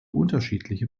unterschiedliche